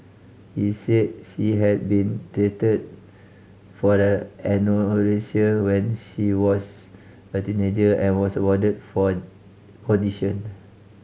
he said she had been treated for a anorexia when she was a teenager and was warded for condition